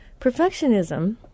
Perfectionism